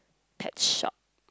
pets shop